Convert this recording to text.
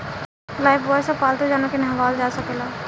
Lifebuoy से पाल्तू जानवर के नेहावल जा सकेला